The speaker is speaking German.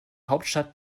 hauptstadt